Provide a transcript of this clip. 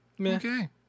okay